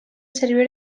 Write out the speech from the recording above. servir